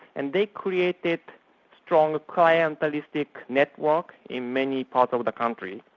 and they created strong clientalistic networks in many parts of the country,